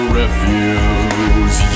refuse